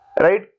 right